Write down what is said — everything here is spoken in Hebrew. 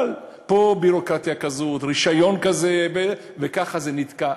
אבל פה ביורוקרטיה כזו, רישיון כזה, וככה זה נתקע.